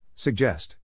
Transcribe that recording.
Suggest